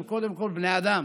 הם קודם כול בני אדם